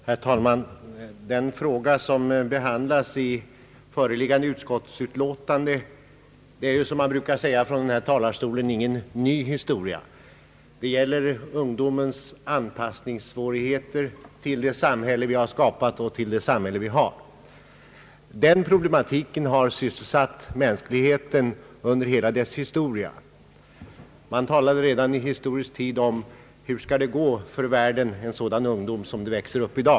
Herr talman! Den fråga som behandlas i föreliggande utskottsutlåtande är, som det brukar heta från den här talarstolen, ingen ny historia. Ärendet gäller ungdomens anpassningssvårigheter i det samhälle vi har skapat. Den problematiken har sysselsatt mänskligheten i alla tider. Redan under antiken fanns det de som sade: Hur skall det gå för världen, en sådan ungdom som det växer upp i dag?